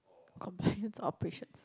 compliant operation